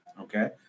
okay